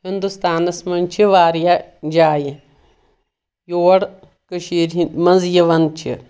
ہِندوستانَس منٛز چھِ واریاہ جایہِ یور کٔشیٖر ہِنٛدۍ منٛز یِوان چھِ